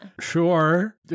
Sure